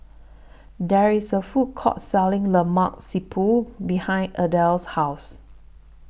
There IS A Food Court Selling Lemak Siput behind Adell's House